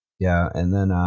yeah, and